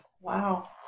Wow